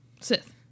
sith